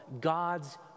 God's